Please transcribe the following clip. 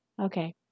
Okay